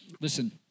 Listen